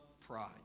pride